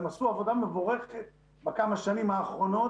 הם עשו עבודה מבורכת בכמה השנים האחרונות,